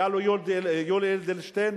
היה לו יולי אדלשטיין,